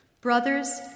Brothers